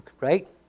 right